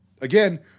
again